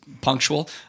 punctual